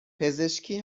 پزشکی